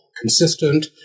consistent